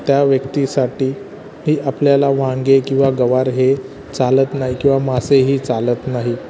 त्या व्यक्तीसाठीही आपल्याला वांगे किंवा गवार हे चालत नाही किंवा मासेही चालत नाही